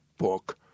book